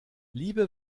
liebe